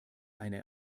eine